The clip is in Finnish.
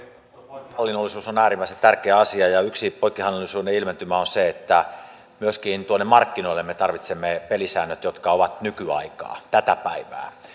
poikkihallinnollisuus on äärimmäisen tärkeä asia ja yksi poikkihallinnollisuuden ilmentymä on se että myöskin tuonne markkinoille me tarvitsemme pelisäännöt jotka ovat nykyaikaa tätä päivää